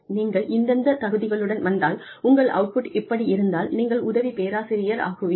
நீங்கள் இந்தெந்த தகுதிகளுடன் வந்தால் உங்கள் அவுட்புட் இப்படி இருந்தால் நீங்கள் உதவி பேராசிரியராகுவீர்கள்